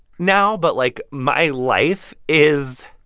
now but, like, my life is